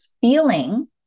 feeling